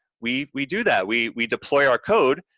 we we do that, we we deploy our code,